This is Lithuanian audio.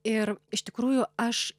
ir iš tikrųjų aš